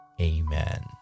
Amen